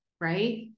right